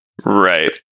Right